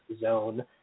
zone